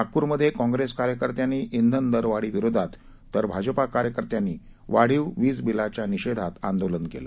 नागप्रमधे काँग्रेस कार्यकर्त्यांनी श्विन दरवाढीविरोधात तर भाजपा कार्यकर्त्यांनी वाढीव वीज बिलांच्या निषेधात आंदोलन केलं